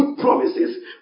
promises